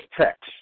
text